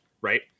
right